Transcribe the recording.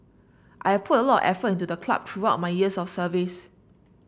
I have put a lot of effort into the club throughout my years of service